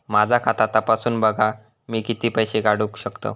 माझा खाता तपासून बघा मी किती पैशे काढू शकतय?